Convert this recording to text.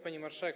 Pani Marszałek!